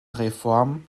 reform